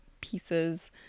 pieces